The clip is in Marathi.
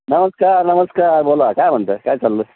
नमस्कार नमस्कार बोला काय म्हणत आहे काय चाललं